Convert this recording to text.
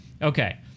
Okay